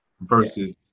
versus